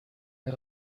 air